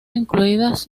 incluidas